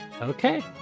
Okay